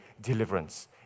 Deliverance